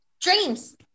Dreams